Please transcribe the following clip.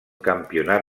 campionat